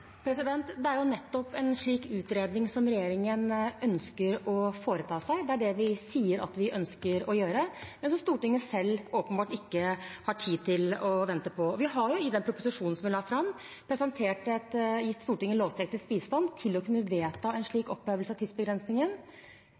Det er nettopp en slik utredning regjeringen ønsker å foreta. Det er det vi sier at vi ønsker å gjøre, men Stortinget har åpenbart ikke tid til å vente på det. Vi har i den proposisjonen vi la fram, gitt Stortinget lovteknisk bistand til å kunne vedta en slik opphevelse av tidsbegrensningen.